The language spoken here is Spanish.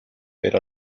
pero